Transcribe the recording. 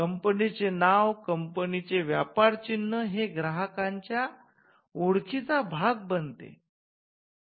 company चे नाव कंपनीचे व्यापार चिन्ह हे ग्राहकाच्या ओळखीचा भाग बनतात